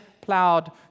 plowed